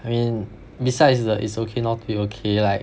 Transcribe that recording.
I mean besides the It's Okay Not to Be Okay like